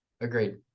Agreed